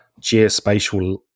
geospatial